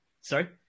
Sorry